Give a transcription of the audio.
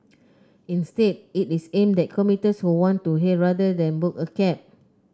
instead it is aimed at commuters who want to hail rather than book a cab